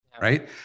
right